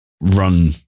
run